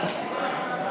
התשע"ג 2013,